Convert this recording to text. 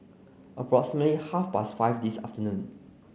approximately half past five this afternoon